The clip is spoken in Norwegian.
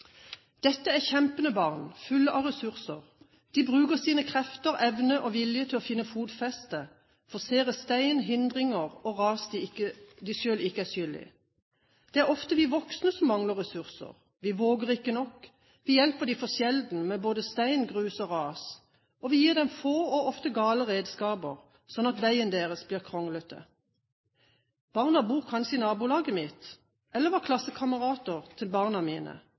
Dette er kjempende barn, fulle av ressurser. De bruker sine krefter, evner og vilje til å finne fotfeste, forsere stein, hindringer og ras de selv ikke er skyld i. Det er ofte vi voksne som mangler ressurser. Vi våger ikke nok, vi hjelper dem for sjelden med både stein, grus og ras. Vi gir dem få og ofte gale redskaper, slik at veien deres blir kronglete. Barna bor kanskje i nabolaget vårt, eller var klassekamerater til barna